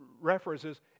references